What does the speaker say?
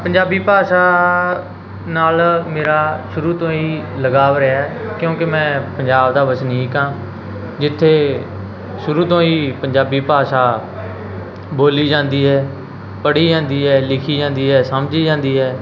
ਪੰਜਾਬੀ ਭਾਸ਼ਾ ਨਾਲ ਮੇਰਾ ਸ਼ੁਰੂ ਤੋਂ ਹੀ ਲਗਾਅ ਰਿਹਾ ਹੈ ਕਿਉਂਕਿ ਮੈਂ ਪੰਜਾਬ ਦਾ ਵਸਨੀਕ ਹਾਂ ਜਿੱਥੇ ਸ਼ੁਰੂ ਤੋਂ ਹੀ ਪੰਜਾਬੀ ਭਾਸ਼ਾ ਬੋਲੀ ਜਾਂਦੀ ਹੈ ਪੜ੍ਹੀ ਜਾਂਦੀ ਹੈ ਲਿਖੀ ਜਾਂਦੀ ਹੈ ਸਮਝੀ ਜਾਂਦੀ ਹੈ